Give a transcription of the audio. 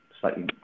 slightly